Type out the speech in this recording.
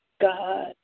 God